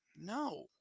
No